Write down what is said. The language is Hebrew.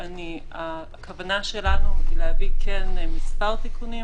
הכוונה שלנו היא להביא מספר תיקונים,